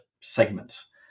segments